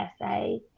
essay